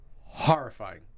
horrifying